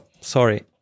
sorry